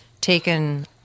taken